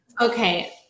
Okay